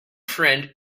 friend